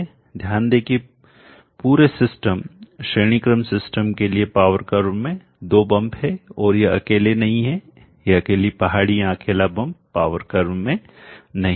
ध्यान दें कि पूरे सिस्टम श्रेणी क्रम सिस्टम के लिए पावर कर्व में दो बंप हैं और यह अकेले नहीं है यह अकेली पहाड़ी या अकेला बंप पावर कर्व नहीं है